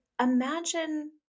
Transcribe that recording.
imagine